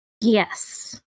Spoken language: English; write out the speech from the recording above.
Yes